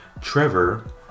Trevor